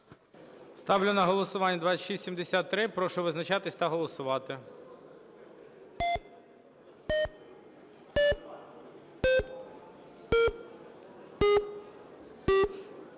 Ставлю на голосування 2672. Прошу визначатись та голосувати.